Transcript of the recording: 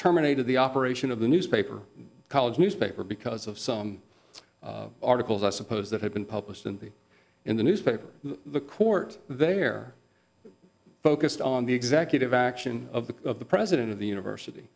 terminated the operation of the newspaper college newspaper because of some articles i suppose that had been published in the newspaper the court there focused on the executive action of the of the president of the university